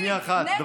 בעד אלימות כלכלית.